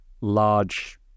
large